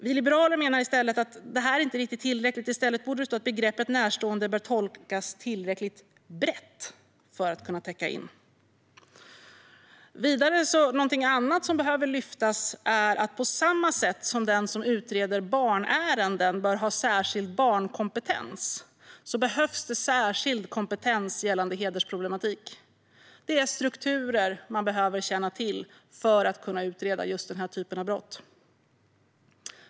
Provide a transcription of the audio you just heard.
Vi liberaler menar dock att detta inte riktigt är tillräckligt; i stället borde det stå att begreppet "närstående" bör tolkas tillräckligt brett för att kunna täcka in detta. Någonting annat som behöver lyftas upp är att på samma sätt som den som utreder barnärenden bör ha särskild barnkompetens behövs det särskild kompetens gällande hedersproblematik. Det är strukturer man behöver känna till för att kunna utreda just denna typ av brott.